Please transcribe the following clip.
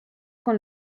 con